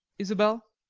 isabel